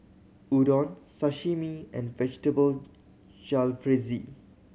Udon Sashimi and Vegetable Jalfrezi